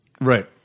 Right